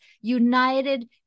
united